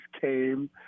came